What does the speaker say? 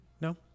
No